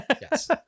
Yes